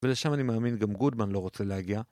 ולשם אני מאמין גם גודמן לא רוצה להגיע